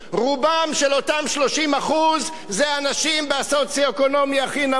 רובם של אותם 30% הם בסוציו-אקונומי הכי נמוך,